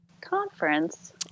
conference